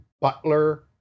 butler